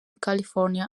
california